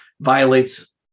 violates